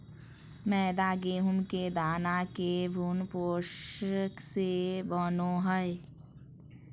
मैदा गेहूं के दाना के भ्रूणपोष से बनो हइ